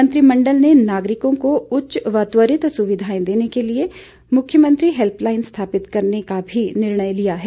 मंत्रिमंडल ने नागरिकों को उच्च व त्वरित सुविधाएं देने के लिए मुख्यमंत्री हेल्पलाइन स्थापित करने का भी निर्णय लिया है